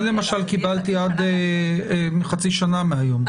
אני למשל קיבלתי עד חצי שנה מהיום,